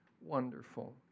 wonderful